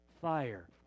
fire